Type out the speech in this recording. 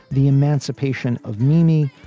the emancipation of moeny.